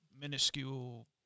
minuscule